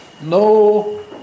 no